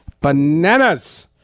Bananas